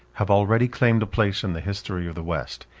have already claimed a place in the history of the west.